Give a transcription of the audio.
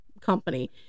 company